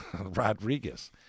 Rodriguez